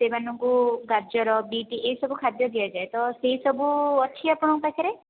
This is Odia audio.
ସେମାନଙ୍କୁ ଗାଜର ବିଟ ଏଇ ସବୁ ଖାଦ୍ୟ ଦିଆଯାଏ ତ ସେଇ ସବୁ ଅଛି ଆପଣଙ୍କ ପାଖରେ